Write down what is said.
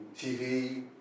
TV